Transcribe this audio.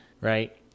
Right